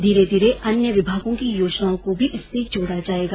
धीरे धीरे अन्य विभागों की योजनाओं को भी इससे जोड़ा जाएगा